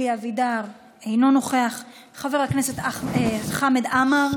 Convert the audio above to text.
חבר הכנסת אלי אבידר,